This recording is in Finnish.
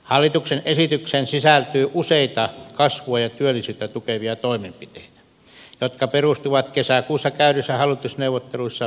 hallituksen esitykseen sisältyy useita kasvua ja työllisyyttä tukevia toimenpiteitä jotka perustuvat kesäkuussa käydyissä hallitusneuvotteluissa sovittuihin linjauksiin